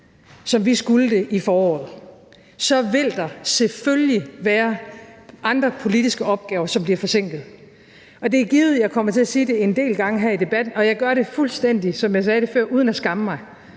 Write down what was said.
som vil skulle det i foråret, så vil der selvfølgelig være andre politiske opgaver, som bliver forsinket. Og det er givet, at jeg kommer til at sige det her en del gange her i debatten – og jeg gør det, som jeg sagde før, fuldstændig uden at skamme mig: